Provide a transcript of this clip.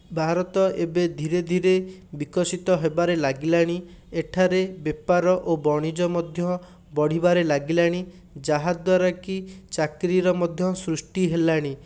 ଭାରତ ଏବେ ଧୀରେ ଧୀରେ ବିକଶିତ ହେବାରେ ଲାଗିଲାଣି ଏଠାରେ ବେପାର ଓ ବଣିଜ ମଧ୍ୟ ବଢ଼ିବାରେ ଲାଗିଲାଣି ଯାହା ଦ୍ଵାରାକି ଚାକିରୀର ମଧ୍ୟ ସୃଷ୍ଟି ହେଲାଣି